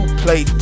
play